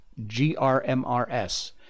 grmrs